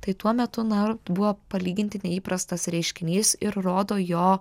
tai tuo metu na buvo palyginti neįprastas reiškinys ir rodo jo